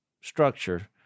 structure